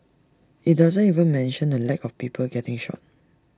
IT doesn't even mention the lack of people getting shot